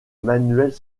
manuels